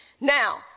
Now